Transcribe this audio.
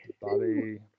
Bobby